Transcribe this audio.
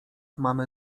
mamy